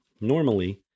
Normally